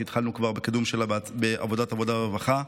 שכבר התחלנו בקידום שלה בוועדת העבודה והרווחה.